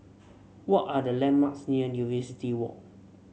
what are the landmarks near Walk